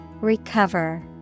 Recover